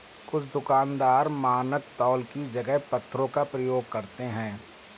कुछ दुकानदार मानक तौल की जगह पत्थरों का प्रयोग करते हैं